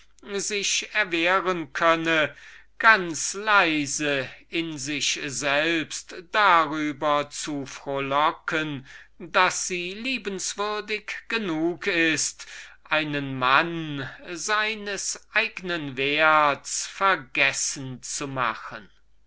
sich erwehren kann eine solche kleine still triumphierende freude darüber zu fühlen daß sie liebenswürdig genug ist einen mann von verdiensten seines eignen werts vergessen zu machen